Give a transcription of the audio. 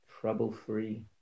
trouble-free